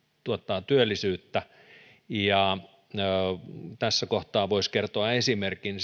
tuottaa työllisyyttä tässä kohtaa voisi kertoa esimerkin